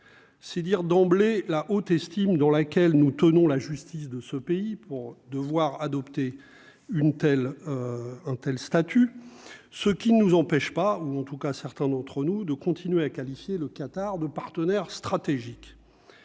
c'est dire d'emblée la haute estime dans laquelle nous tenons la justice de ce pays pour de voir adopter une telle un tel statut, ce qui ne nous empêche pas, ou en tout cas, certains d'entre nous de continuer à qualifier le Qatar de partenaires stratégiques,